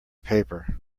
paper